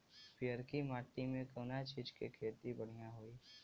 पियरकी माटी मे कउना चीज़ के खेती बढ़ियां होई?